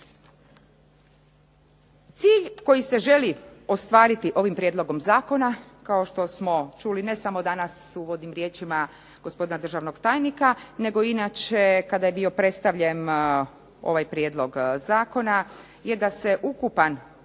Cilj koji se želi ostvariti ovim prijedlogom zakona kao što smo čuli ne samo danas u uvodnim riječima gospodina državnog tajnika, nego inače kada je bio predstavljen ovaj prijedlog zakona je da se ukupan,